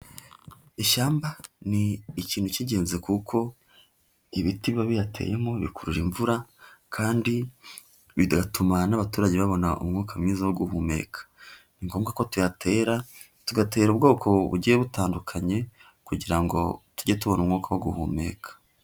Ishyamba ni ikintu cy'ingenzi kuko ibiti biba biyateyemo bikurura imvura kandi bigatuma n'abaturage babona umwuka mwiza wo guhumeka, ni ngombwa ko tuyatera, tugatera ubwoko bugiye butandukanye kugira ngo tujye tubona umwuka wo guhumeka.